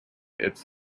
its